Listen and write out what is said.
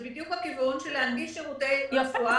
זה בדיוק הכיוון של הנגשת שירותי רפואה.